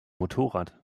motorrad